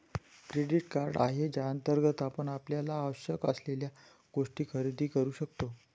debit card आहे ज्याअंतर्गत आपण आपल्याला आवश्यक असलेल्या गोष्टी खरेदी करू शकतो